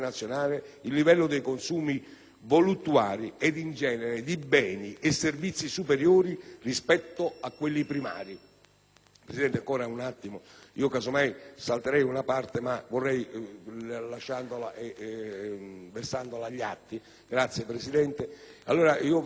voluttuari e, in genere, di beni e servizi superiori rispetto a quelli primari...